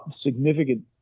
significant